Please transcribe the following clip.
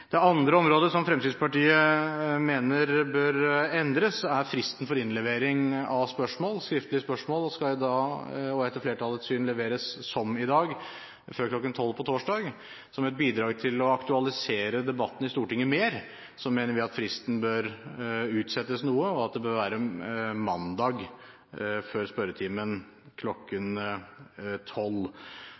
Det andre som Fremskrittspartiet mener bør endres, er fristen for innlevering av skriftlige spørsmål. Disse skal etter flertallets syn leveres som i dag, før kl. 12 torsdag. Som et bidrag til å aktualisere debatten i Stortinget mer mener vi at fristen bør utsettes noe – at den bør være «senest kl. 12.00 siste mandag før spørretimen».